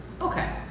Okay